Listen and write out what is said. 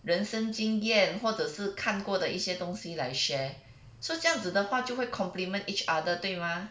人生经验或者是看过的一些东西来 share so 这样子的话就会 complement each other 对吗